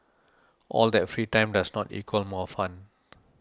all that free time does not equal more fun